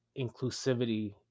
inclusivity